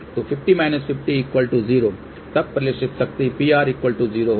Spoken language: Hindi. तो 50 50 0 तब परिलक्षित शक्ति Pr 0 होगी